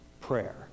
prayer